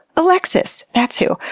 alexis! that's who!